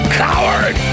coward